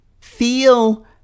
feel